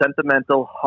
sentimental